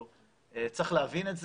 צריך להבין את זה.